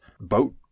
boat